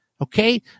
okay